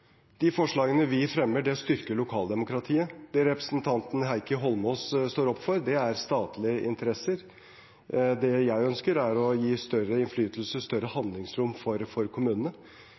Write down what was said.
De forslagene vi fremmer, styrker lokaldemokratiet. Det representanten Heikki Eidsvoll Holmås står opp for, er statlige interesser. Det jeg ønsker, er å gi større innflytelse, større handlingsrom, for kommunene.